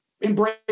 Embrace